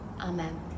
amen